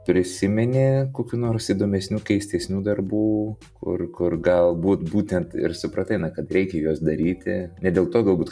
prisimeni kokių nors įdomesnių keistesnių darbų kur kur galbūt būtent ir supratai kad reikia juos daryti ne dėl to galbūt